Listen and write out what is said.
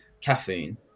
caffeine